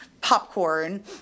popcorn